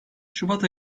şubat